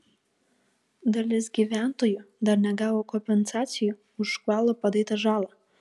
dalis gyventojų dar negavo kompensacijų už škvalo padarytą žalą